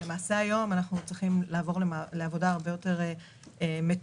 היום אנחנו צריכים לעבור לעבודה הרבה יותר מתואמת,